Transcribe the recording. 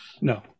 no